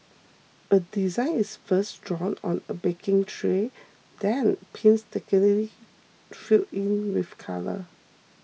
a design is first drawn on a baking tray then painstakingly filled in with colour